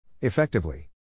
Effectively